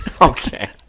Okay